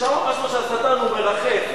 ושם כתוב שהשטן מרחף,